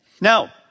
Now